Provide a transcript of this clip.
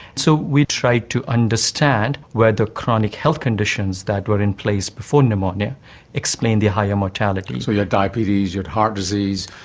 so we tried to understand where the chronic health conditions that were in place before pneumonia explained the high immortality. so you had diabetes, you had heart disease,